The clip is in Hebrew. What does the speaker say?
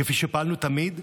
כפי שפעלנו תמיד,